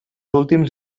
últims